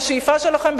בשאיפה שלכם,